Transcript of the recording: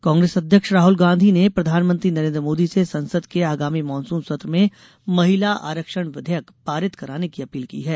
राहुल पत्र कांग्रेस अध्यक्ष राहुल गांधी ने प्रधानमंत्री नरेन्द्र मोदी से संसद के आगामी मानसून सत्र में महिला आरक्षण विधेयक पारित कराने की अपील की है